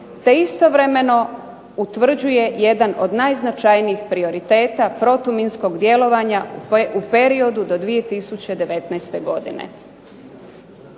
te istovremeno utvrđuje jedan od najznačajnijih prioriteta u protuminskog djelovanja u periodu do 2019. godine.